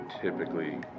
typically